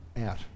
out